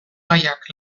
gaiak